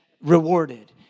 rewarded